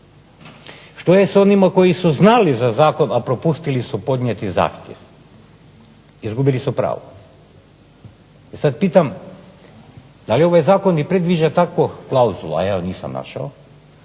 Što je sa onima koji su znali za zakon, a propustili su podnijeti zahtjev? Izgubili su pravo. E sad pitam da li ovaj Zakon i predviđa takvu klauzulu, a ja je nisam našao